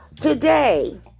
Today